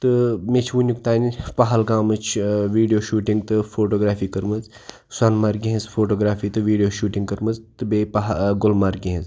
تہٕ مےٚ چھِ وُنیُک تانۍ پہلگامٕچ ٲں ویٖڈیو شوٗٹِنٛگ تہٕ فوٗٹوٗگرٛافی کٔرمٕژ سۄنہٕ مَرگہِ ہنٛز فوٗٹوٗگرٛافی تہٕ ویٖڈیو شوٗٹِنٛگ کٔرمٕژ تہٕ بیٚیہِ پہہ ٲں گُلمَرگہِ ہنٛز